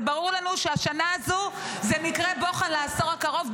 זה ברור לנו שהשנה הזו היא מקרה בוחן לעשור הקרוב,